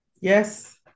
Yes